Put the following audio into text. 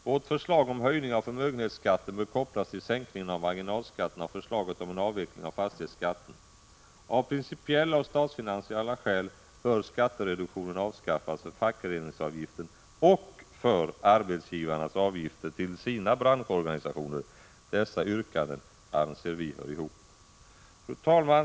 Vårt förslag om höjning av förmögenhetsskatten bör kopplas till sänkningen av marginalskatterna och förslaget om en avveckling av fastighetsskatten. Av principiella och statsfinansiella skäl bör skattereduktionen avskaffas för fackföreningsavgiften och för arbetsgivarnas avgifter till sina branschorganisationer. Dessa yrkanden anser vi hör ihop. ; Fru talman!